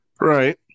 Right